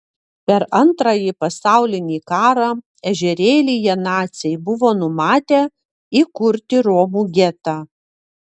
per antrąjį pasaulinį karą ežerėlyje naciai buvo numatę įkurti romų getą